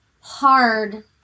hard